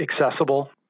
accessible